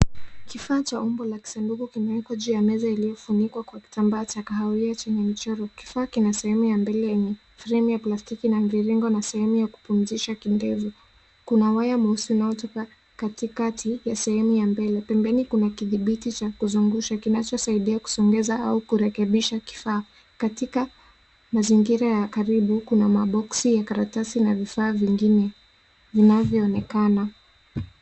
Kifaa cha umbo la kisanduku kimewekwa juu ya meza iliyofunikwa kwa kitambaa cha kahawia chini michoro. Kifaa kina sehemu ya mbele yenye fremu ya plastiki na mviringo na sehemu ya kupumzisha kindevu. Kuna waya mweusi unaotoka katikati ya sehemu ya mbele. Pembeni kuna kidhibiti cha kuzungusha kinachosaidia kusongeza au kurekebisha kifaa. Katika mazingira ya karibu, kuna maboksi ya karatasi na vifaa vingine vinavyoonekana.